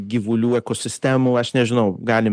gyvulių ekosistemų aš nežinau galim